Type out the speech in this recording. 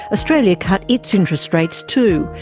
australia cut its interest rates too,